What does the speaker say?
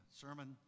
sermon